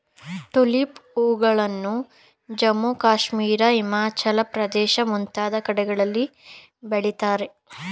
tulip ಹೂಗಳನ್ನು ಜಮ್ಮು ಕಾಶ್ಮೀರ, ಹಿಮಾಚಲ ಪ್ರದೇಶ ಮುಂತಾದ ಕಡೆಗಳಲ್ಲಿ ಬೆಳಿತಾರೆ